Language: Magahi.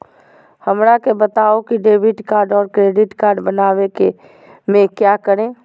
हमरा के बताओ की डेबिट कार्ड और क्रेडिट कार्ड बनवाने में क्या करें?